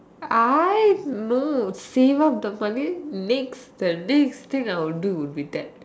I no save up the money next the next thing I will do will be that